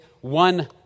one